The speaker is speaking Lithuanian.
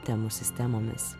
temų sistemomis